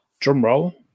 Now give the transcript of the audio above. drumroll